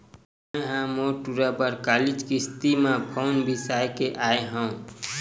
मैय ह मोर टूरा बर कालीच किस्ती म फउन बिसाय के आय हँव